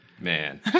Man